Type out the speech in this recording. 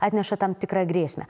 atneša tam tikrą grėsmę